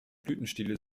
blütenstiele